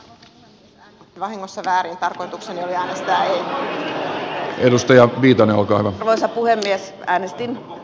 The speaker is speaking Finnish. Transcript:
äänestin vahingossa vihreää tarkoitus oli äänestää ei